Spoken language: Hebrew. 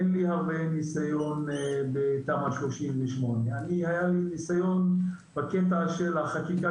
אין לי הרבה ניסיון בתמ"א 38. אני היה לי ניסיון בקטע של החקיקה